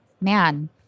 Man